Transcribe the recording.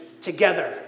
together